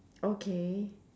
okay